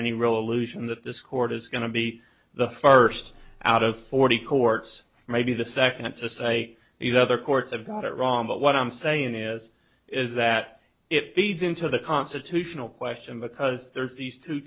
any real allusion that this court is going to be the first out of forty courts maybe the second to say these other courts have got it wrong but what i'm saying is is that if these into the constitutional question because there's these two